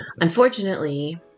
Unfortunately